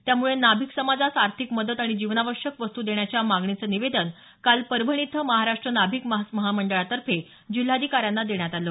त्यामुळे नाभिक समाजास आर्थिक मदत आणि जीनावश्यक वस्तू देण्याच्या मागणीचं निवेदन काल परभणी इथं महाराष्ट्र नाभिक महामंडळातर्फे जिल्हाधिकाऱ्यांना देण्यात आलं